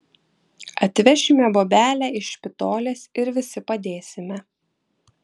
atvešime bobelę iš špitolės ir visi padėsime